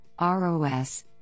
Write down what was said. ROS